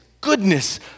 goodness